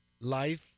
Life